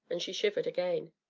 and she shivered again.